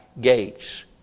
gates